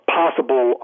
possible